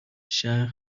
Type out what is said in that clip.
شهر